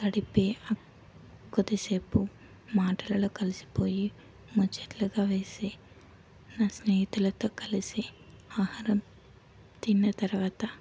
గడిపే కొద్దిసేపు మాటలలో కలిసిపోయి ముచ్చట్లుగా వేసి నా స్నేహితులతో కలిసి ఆహారం తిన్న తర్వాత